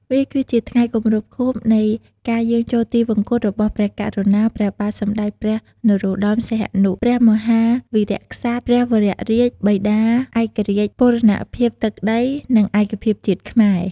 វាគឺជាថ្ងៃគម្រប់ខួបនៃការយាងចូលទិវង្គតរបស់ព្រះករុណា ព្រះបាទសម្ដេចព្រះនរោត្ដម សីហនុ ព្រះមហាវីរក្សត្រ ព្រះវររាជបិតាឯករាជ្យ បូរណភាពទឹកដី និងឯកភាពជាតិខ្មែរ។